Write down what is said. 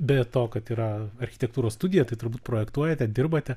be to kad yra architektūros studija tai turbūt projektuojate dirbate